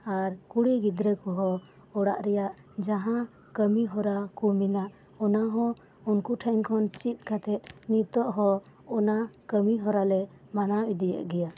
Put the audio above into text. ᱟᱨ ᱠᱩᱲᱤ ᱜᱤᱫᱨᱟᱹ ᱠᱚᱦᱚᱸ ᱚᱲᱟᱜ ᱨᱮᱭᱟᱜ ᱡᱟᱦᱟᱸ ᱠᱟᱹᱢᱤ ᱦᱚᱨᱟᱠᱩ ᱢᱮᱱᱟᱜ ᱚᱱᱟᱦᱚᱸ ᱩᱱᱠᱩᱴᱷᱮᱱ ᱠᱷᱚᱱ ᱪᱤᱫᱠᱟᱛᱮᱜ ᱧᱤᱛᱚᱜᱦᱚᱸ ᱚᱱᱟᱠᱟᱹᱢᱤ ᱦᱚᱨᱟᱞᱮ ᱢᱟᱱᱟᱣ ᱤᱫᱤᱭᱮᱫ ᱜᱮᱭᱟ